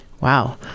Wow